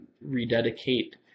rededicate